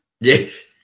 Yes